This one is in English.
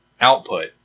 output